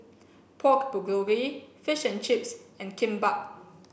Pork Bulgogi Fish and Chips and Kimbap